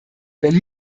wenn